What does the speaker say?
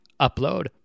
upload